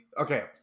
okay